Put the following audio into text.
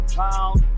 pound